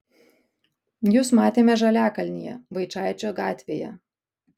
jus matėme žaliakalnyje vaičaičio gatvėje